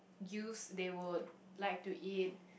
youths they would like to eat